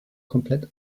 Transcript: komplett